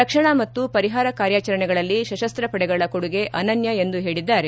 ರಕ್ಷಣಾ ಮತ್ತು ಪರಿಹಾರ ಕಾರ್ಯಾಚರಣೆಗಳಲ್ಲಿ ಸಶಸ್ತ್ರ ಪಡೆಗಳ ಕೊಡಗೆ ಅನನ್ಯ ಎಂದು ಹೇಳಿದ್ದಾರೆ